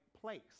place